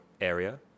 area